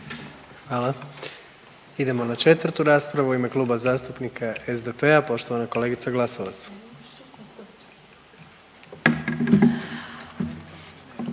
Hvala. Idemo na 4. raspravu u ime Kluba zastupnika SDP-a poštovana kolegica Glasovac.